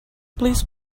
please